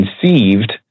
conceived